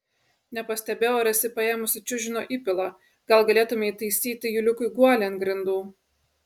nepastebėjau ar esi paėmusi čiužinio įpilą gal galėtumei taisyti juliukui guolį ant grindų